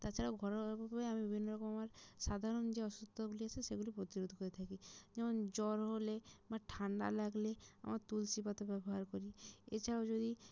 তাছাড়াও ঘরোয়া রকমভাবে আমি বিভিন্ন রকম আমার সাধারণ যে অসুস্থতাগুলি আছে সেগুলি প্রতিরোধ করে থাকি যেমন জ্বর হলে আমার ঠান্ডা লাগলে আমার তুলসী পাতা ব্যবহার করি এছাড়াও যদি